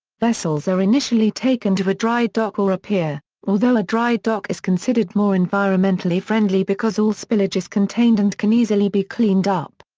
vessels are initially taken to a dry dock or a pier, although a dry dock is considered more environmentally friendly because all spillage is contained and can easily be cleaned up.